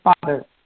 Father